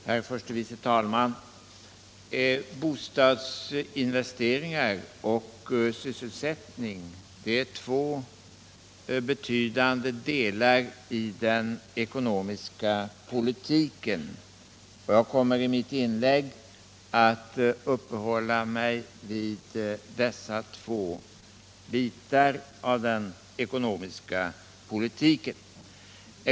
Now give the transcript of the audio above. Herr talman! Bostadsinvesteringar och sysselsättning är två betydande delar i den ekonomiska politiken, och jag kommer i detta inlägg att uppehålla mig vid dessa två bitar.